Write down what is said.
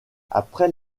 après